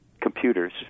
computers